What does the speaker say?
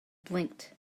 blinked